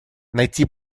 найти